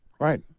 Right